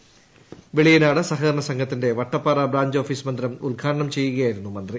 വെളിയനാട് മുളന്തുരുത്തി സഹകരണ സംഘത്തിന്റെ Vattappara branch office മന്ദിരം ഉദ്ഘാടനം ചെയ്യുകയായിരുന്നു മന്ത്രി